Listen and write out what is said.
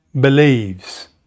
believes